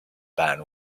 band